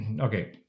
okay